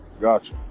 Gotcha